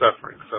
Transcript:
suffering